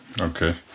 Okay